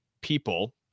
people